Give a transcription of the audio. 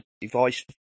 device